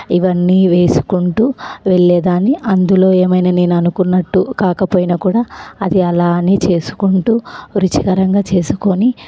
ఇవన్నీ వేసుకుంటూ వెళ్ళేదాన్ని అందులో ఏమైనా నేను అనుకున్నట్టు కాకపోయినా కూడా అది అలానే చేసుకుంటూ రుచికరంగా చేసుకొని